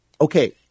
Okay